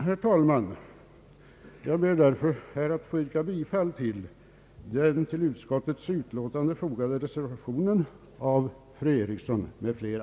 Herr talman! Jag ber att få yrka bifall till den vid utskottets utlåtande fogade reservationen av fru Eriksson i Stockholm m.fl.